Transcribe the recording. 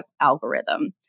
algorithm